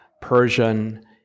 Persian